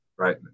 right